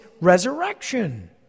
resurrection